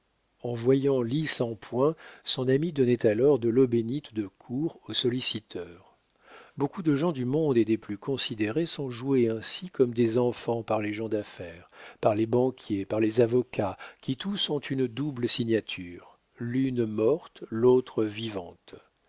en voyant l'i sans point son ami donnait alors de l'eau bénite de cour au solliciteur beaucoup de gens du monde et des plus considérables sont joués ainsi comme des enfants par les gens d'affaires par les banquiers par les avocats qui tous ont une double signature l'une morte l'autre vivante